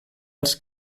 als